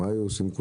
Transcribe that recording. מה כולם היו עושים?